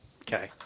Okay